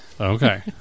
Okay